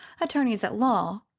attorneys at law,